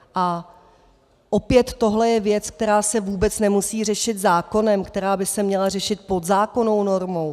A opět, tohle je věc, která se vůbec nemusí řešit zákonem, která by se měla řešit podzákonnou normou.